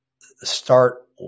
start